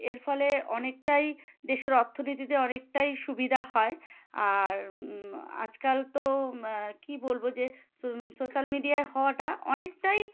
এর ফলে অনেকটাই দেশের অর্থনীতিতে অনেকটাই সুবিধা হয় আর আজকাল তো কী বলব যে সো সোশ্যাল মিডিয়ায় হওয়াটা অনেকটাই